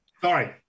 Sorry